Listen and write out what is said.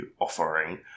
offering